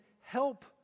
help